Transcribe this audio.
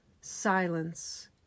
Silence